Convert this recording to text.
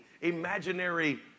imaginary